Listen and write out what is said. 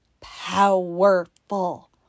powerful